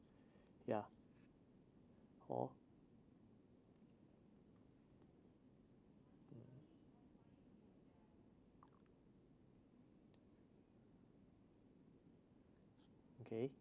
ya hor okay